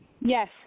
Yes